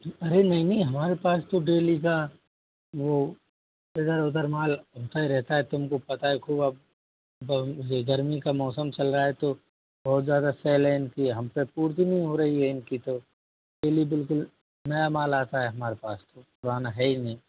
अरे नहीं नहीं हमारे पास तो डेली का वह इधर उधर माल होता ही रहता है तुमको पता है खूब अब अब यह गर्मी का मौसम चल रहा है तो बहुत ज़्यादा सेल है इनकी हम से पूर्ति नहीं हो रही है इनकी तो डेली बिल्कुल नया माल आता है हमारे पास तो पुराना है ही नहीं